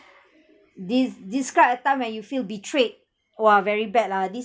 de~ describe a time when you feel betrayed !wah! very bad lah this